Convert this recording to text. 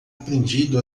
aprendido